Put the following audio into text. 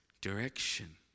direction